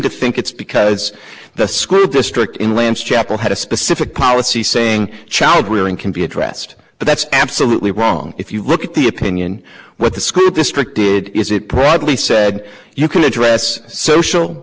to think it's because the script district in lance chappell had a specific policy saying child rearing can be addressed but that's absolutely wrong if you look at the opinion what the school district did is it broadly said you can address social